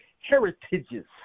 heritages